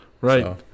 Right